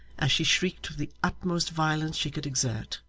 as she shrieked with the utmost violence she could exert,